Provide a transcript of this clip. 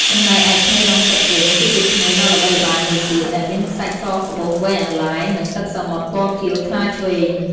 ចំណែកឯ ឆ្នេរឡងសិតវិញ គឺជាឆ្នេរដ៏ល្បីល្បាញមួយទៀតដែលមានខ្សាច់សក្បុសវែងអន្លាយ និងទឹកសមុទ្រពណ៌ខៀវថ្លាឆ្វេង។